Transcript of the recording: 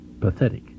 pathetic